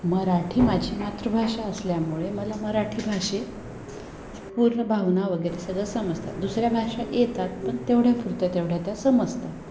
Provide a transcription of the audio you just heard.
मराठी माझी मातृभाषा असल्यामुळे मला मराठी भाषेत पूर्ण भावना वगैरे सगळं समसतात दुसऱ्या भाषा येतात पण तेवढ्यापुरत्या तेवढ्या त्या समसतात